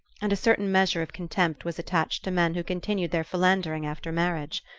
and a certain measure of contempt was attached to men who continued their philandering after marriage.